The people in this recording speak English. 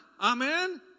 Amen